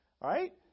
right